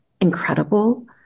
incredible